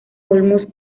olmos